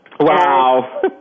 Wow